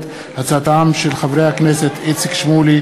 הרווחה והבריאות בעקבות דיון מהיר בהצעתם של חברי הכנסת איציק שמולי,